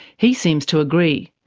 he seems to agree.